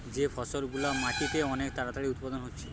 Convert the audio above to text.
যে ফসল গুলা মাটিতে অনেক তাড়াতাড়ি উৎপাদন হচ্ছে